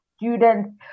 students